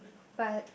but